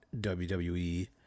WWE